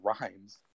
rhymes